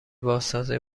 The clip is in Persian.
بازسازی